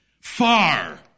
Far